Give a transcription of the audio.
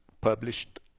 published